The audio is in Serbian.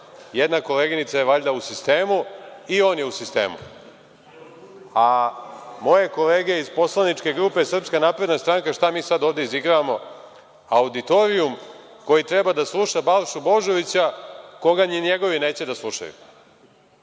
Jedna koleginica je valjda u sistemu i on je u sistemu. Moje kolege iz poslaničke grupe SNS, šta mi sad ovde izigravamo? Auditorijum koji treba da sluša Balšu Božovića, koga ni njegovi neće da slušaju? Tako